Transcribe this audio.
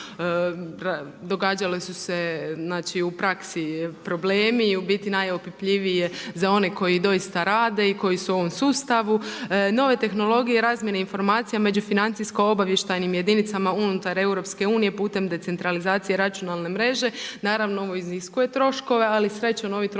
događale su se, znači u praksi problemi, u biti najopipljivije za one koji doista rade i koji su u ovom sustavu. Nove tehnologije razmjene informacija među financijsko-obavještajnim jedinicama unutar EU-a putem decentralizacije računalne mreže, naravno, ovo iziskuje troškove ali srećom, ovi troškovi